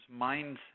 mindset